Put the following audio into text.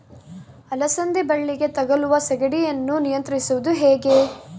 ಅಲಸಂದಿ ಬಳ್ಳಿಗೆ ತಗುಲುವ ಸೇಗಡಿ ಯನ್ನು ನಿಯಂತ್ರಿಸುವುದು ಹೇಗೆ?